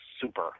super